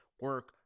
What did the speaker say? Work